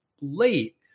late